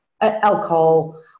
alcohol